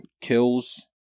kills